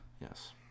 Yes